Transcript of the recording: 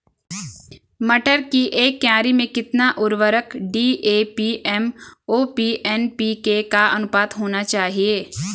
मटर की एक क्यारी में कितना उर्वरक डी.ए.पी एम.ओ.पी एन.पी.के का अनुपात होना चाहिए?